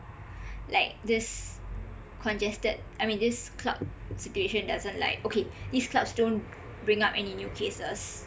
like this congested I mean this club situation doesn't like okay if these clubs don't bring up any new cases